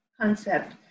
concept